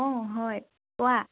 অঁ হয়